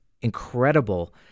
incredible